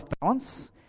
balance